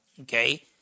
okay